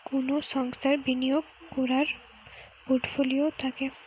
কুনো সংস্থার বিনিয়োগ কোরার পোর্টফোলিও থাকে